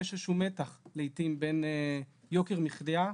יש איזשהו מתח לעיתים בין יוקר המחייה,